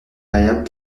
variable